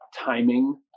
timing